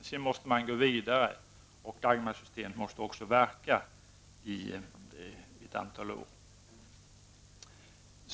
Sedan måste man gå vidare, och Dagmarsystemet måste också verka i ett antal år.